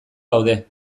gaude